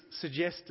suggested